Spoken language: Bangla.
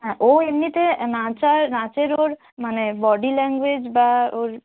হ্যাঁ ও এমনিতে নাচার নাচের ওর মানে বডি ল্যাঙ্গুয়েজ বা ওর